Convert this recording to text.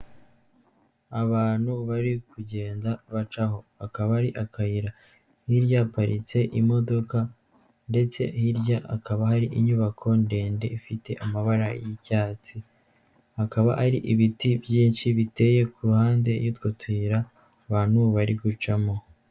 Abantu bari kugenda bacaho akaba ari akayira hirya haparitse imodoka ndetse hirya akaba hari inyubako ndende ifite amabara y'icyatsi, hakaba ari ibiti byinshi biteye ku ruhande y'utwo tuyira abantu bari gucamo.